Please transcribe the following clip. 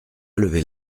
lever